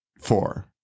Four